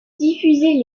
diffusé